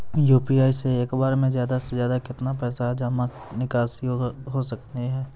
UPI से एक बार मे ज्यादा से ज्यादा केतना पैसा जमा निकासी हो सकनी हो?